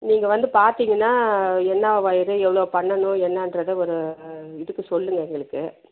நீங்கள் வந்து பார்த்தீங்கன்னா என்ன வொயரு எவ்வளோ பண்ணணும் என்னாங்றத ஒரு இதுக்கு சொல்லுங்க எங்களுக்கு